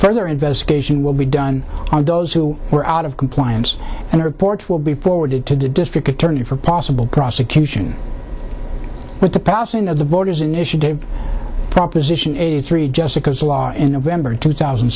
further investigation will be done on those who were out of compliance and the report will be forwarded to the district attorney for possible prosecution but the passing of the borders initiative proposition eighty three jessica's law in november two thousand